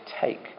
take